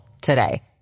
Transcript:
today